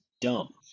dumb